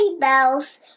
bells